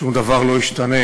שום דבר לא ישתנה